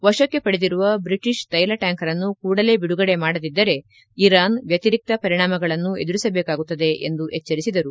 ವಶಕ್ಕೆ ಪಡೆದಿರುವ ಬ್ರಿಟಿಷ್ ತೈಲ ಟ್ಯಾಂಕರ್ ಅನ್ನು ಕೂಡಲೇ ಬಿಡುಗಡೆ ಮಾಡದಿದ್ದರೆ ಇರಾನ್ ವ್ಯತಿರಿಕ್ತ ಪರಿಣಾಮಗಳನ್ನು ಎದುರಿಸಬೇಕಾಗುತ್ತದೆ ಎಂದು ಎಚ್ವರಿಸಿದರು